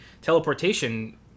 teleportation